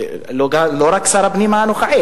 סולם פנימי בפסיכומטרי,